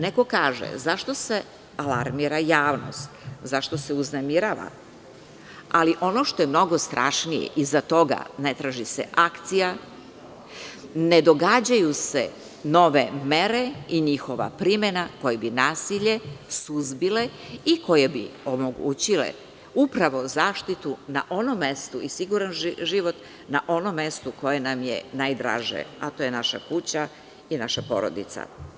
Neko kaže zašto se alarmira javnost, zašto se uznemirava, ali ono što je mnogo strašnije, iza stoga ne traži se akcija, ne događaju se nove mere i njihova primena koja bi nasilje suzbile i koje bi omogućile upravo zaštitu i siguran život na onom mestu koje nam je najdraže, a to je naša kuća i naša porodica.